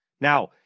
Now